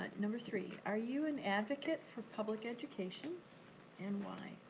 ah number three. are you an advocate for public education and why?